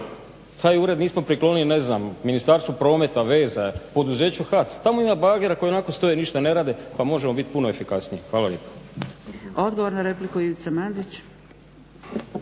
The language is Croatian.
taj ured nismo priklonili ne znam Ministarstvu prometa, veza, poduzeću HAC. Tamo ima bagera koji ionako stoje, ništa ne rade, pa možemo bit puno efikasniji. Hvala